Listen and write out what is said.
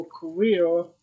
career